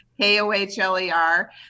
K-O-H-L-E-R